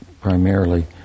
primarily